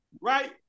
right